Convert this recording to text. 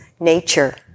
nature